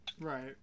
Right